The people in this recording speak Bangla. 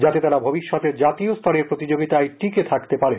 যাতে তারা ভবিষ্যতে জাতীয় স্তরের প্রতিযোগিতায় টিকে থাকতে পারে